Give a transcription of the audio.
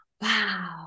wow